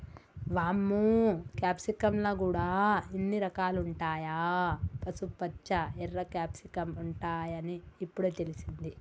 వామ్మో క్యాప్సికమ్ ల గూడా ఇన్ని రకాలుంటాయా, పసుపుపచ్చ, ఎర్ర క్యాప్సికమ్ ఉంటాయని ఇప్పుడే తెలిసింది